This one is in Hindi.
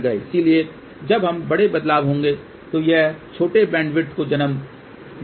इसलिए जब भी बड़े बदलाव होंगे यह छोटे बैंडविड्थ को जन्म देगा